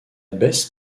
baisse